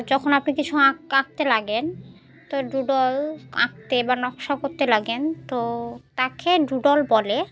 যখন আপনি কিছু আঁক আঁকতে লাগেন তো ডুডল আঁকতে বা নকশা করতে লাগেন তো তাকে ডুডল বলে